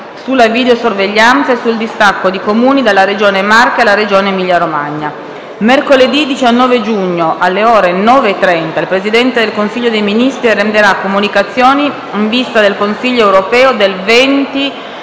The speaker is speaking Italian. sulla videosorveglianza e sul distacco di Comuni dalla Regione Marche alla Regione Emilia-Romagna. Mercoledì 19 giugno, alle ore 9,30, il Presidente del Consiglio dei ministri renderà comunicazioni in vista del Consiglio europeo del 20